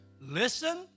listen